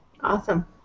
Awesome